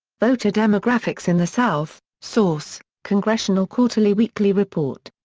voter demographics in the south source congressional quarterly weekly report.